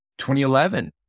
2011